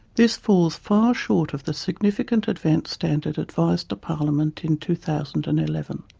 this falls far short of the significant advance standard advised to parliament in two thousand and eleven.